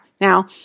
Now